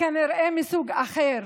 כנראה מסוג אחר,